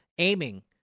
Aiming